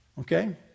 Okay